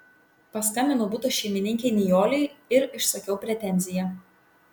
paskambinau buto šeimininkei nijolei ir išsakiau pretenziją